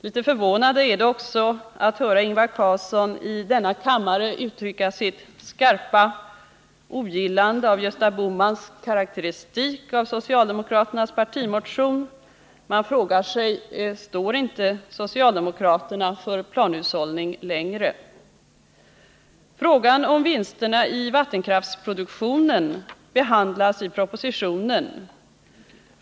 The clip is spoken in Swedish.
Litet förvånande är det också att höra Ingvar Carlsson i denna kammare uttrycka sitt skarpa ogillande av Gösta Bohmans karakteristik av socialdemokraternas partimotion. Man frågar sig: Står inte socialdemokraterna för planhushållning längre? Frågan om vinsterna i vattenkraftsproduktionen behandlas i propositionen.